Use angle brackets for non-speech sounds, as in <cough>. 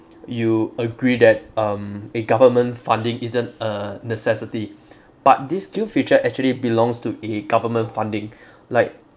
you agree that um a government funding isn't a necessity but these skill future actually belongs to a government funding <breath> like